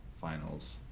finals